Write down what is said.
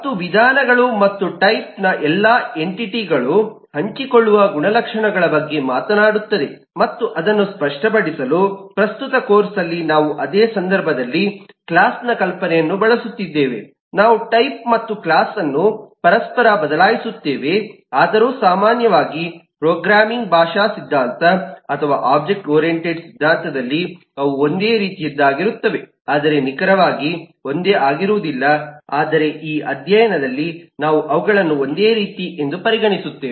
ಮತ್ತು ವಿಧಾನಗಳು ಮತ್ತು ಟೈಪ್ನ ಎಲ್ಲಾ ಎನ್ಟಿಟಿ ಗಳು ಹಂಚಿಕೊಳ್ಳುವ ಗುಣಲಕ್ಷಣಗಳ ಬಗ್ಗೆ ಮಾತನಾಡುತ್ತದೆ ಮತ್ತು ಅದನ್ನು ಸ್ಪಷ್ಟಪಡಿಸಲು ಪ್ರಸ್ತುತ ಕೋರ್ಸ್ಅಲ್ಲಿ ನಾವು ಅದೇ ಸಂದರ್ಭದಲ್ಲಿ ಕ್ಲಾಸ್ ನ ಕಲ್ಪನೆಯನ್ನು ಬಳಸುತ್ತಿದ್ದೇವೆ ನಾವು ಟೈಪ್ ಮತ್ತು ಕ್ಲಾಸ್ ಅನ್ನು ಪರಸ್ಪರ ಬದಲಾಯಿಸುತ್ತೇವೆ ಆದರೂ ಸಾಮಾನ್ಯವಾಗಿ ಪ್ರೋಗ್ರಾಮಿಂಗ್ ಭಾಷಾ ಸಿದ್ಧಾಂತ ಅಥವಾ ಒಬ್ಜೆಕ್ಟ್ ಓರಿಯಂಟೆಡ್ ಸಿದ್ಧಾಂತದಲ್ಲಿ ಅವು ಒಂದೇ ರೀತಿಯದ್ದಾಗಿರುತ್ತವೆ ಆದರೆ ನಿಖರವಾಗಿ ಒಂದೇ ಆಗಿರುವುದಿಲ್ಲ ಆದರೆ ಈ ಅಧ್ಯಾನದಲ್ಲಿ ನಾವು ಅವುಗಳನ್ನು ಒಂದೇ ರೀತಿ ಎಂದು ಪರಿಗಣಿಸುತ್ತೇವೆ